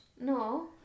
No